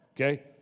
Okay